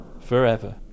forever